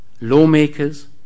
lawmakers